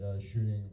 Shooting